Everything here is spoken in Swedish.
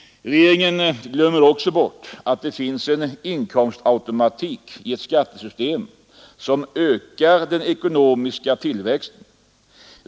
Regeringen glömmer också bort att det finns en inkomstautomatik i ett skattesystem som ökar den ekonomiska tillväxten.